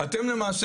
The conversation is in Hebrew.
אתם למעשה